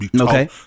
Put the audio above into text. Okay